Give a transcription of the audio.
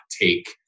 take-